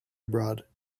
abroad